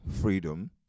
freedom